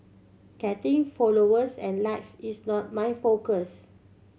getting followers and likes is not my focus